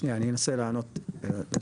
אני אנסה לענות.